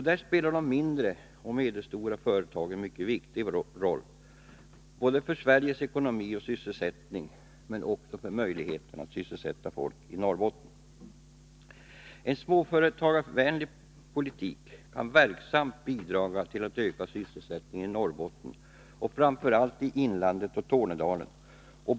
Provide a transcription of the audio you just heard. Där spelar de mindre och medelstora företagen en mycket viktigt roll, både för Sveriges ekonomi och sysselsättning och även för möjligheterna att sysselsätta folk i Norrbotten. En småföretagarvänlig politik kan verksamt bidra till att öka sysselsättningen i Norrbotten och framför allt i inlandet och Tornedalen.